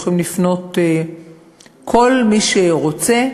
יכול לפנות כל מי שרוצה,